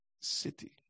city